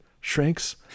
shrinks